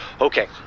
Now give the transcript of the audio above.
Okay